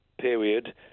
period